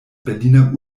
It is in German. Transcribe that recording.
berliner